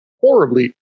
horribly